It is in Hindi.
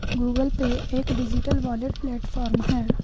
गूगल पे एक डिजिटल वॉलेट प्लेटफॉर्म है